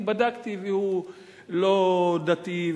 אני בדקתי והוא לא דתי,